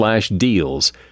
deals